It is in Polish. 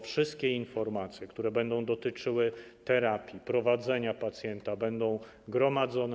Wszystkie informacje, które będą dotyczyły terapii, prowadzenia pacjenta, będą gromadzone.